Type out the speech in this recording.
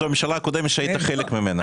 זו הממשלה הקודמת שהיית חלק ממנה.